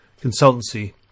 consultancy